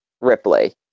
Ripley